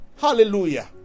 Hallelujah